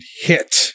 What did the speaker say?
hit